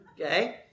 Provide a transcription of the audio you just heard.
Okay